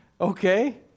Okay